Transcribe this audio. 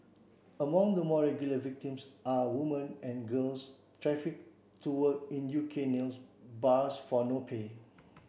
among the more regular victims are woman and girls to work in U K nail bars for no pay